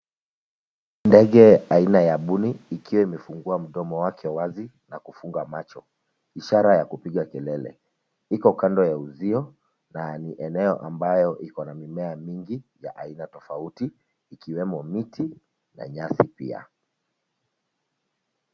Ndege aina ya mbuni ikiwa imefungua mdomo wake wazi na kufunga macho, ishara ya kupiga kelele. Iko kando ya uzio, na ni eneo ambayo iko na mimea mingi ya aina tofauti, ikiwemo miti, na nyasi pia.